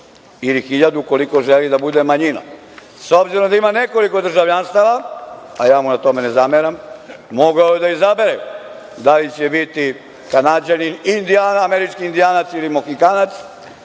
ili hiljadu ukoliko želi da bude manjina. S obzirom da ima nekoliko državljanstava, a ja mu na tome ne zameram, mogao je da izabere da li će biti Kanađanin, Američki indijanac ili Mohikanac,